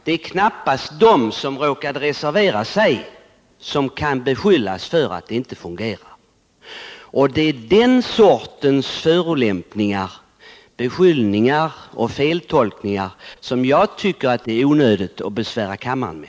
Det är knappast de som reserverade sig som kan beskyllas för att det inte fungerar. Det är den sortens förolämpningar, beskyllningar och feltolkningar som jag tycker det är onödigt att besvära kammaren med.